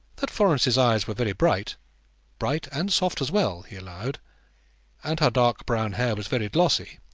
that florence's eyes were very bright bright and soft as well, he allowed and her dark brown hair was very glossy